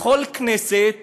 בכל כנסת